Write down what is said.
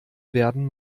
werden